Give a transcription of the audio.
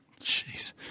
Jeez